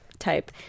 type